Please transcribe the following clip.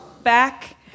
back